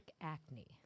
acne